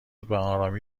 بهآرامی